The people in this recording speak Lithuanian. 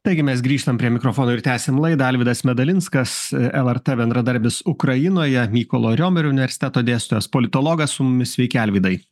taigi mes grįžtam prie mikrofono ir tęsiam laidą alvydas medalinskas lrt bendradarbis ukrainoje mykolo riomerio universiteto dėstytojas politologas su mumis sveiki alvydai